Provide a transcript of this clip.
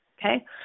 Okay